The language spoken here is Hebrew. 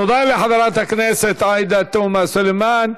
תודה לחברת הכנסת עאידה תומא סלימאן.